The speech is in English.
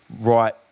right